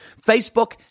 Facebook